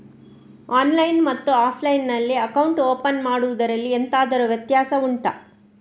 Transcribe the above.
online ಮತ್ತು offline ನಲ್ಲಿ account open ಮಾಡುವುದರಲ್ಲಿ ಎಂತಾದರು ವ್ಯತ್ಯಾಸ ಉಂಟಾ